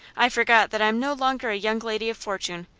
i forgot that i am no longer a young lady of fortune,